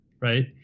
right